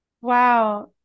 Wow